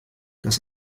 das